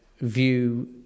view